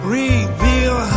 reveal